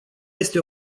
este